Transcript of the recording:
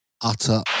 Utter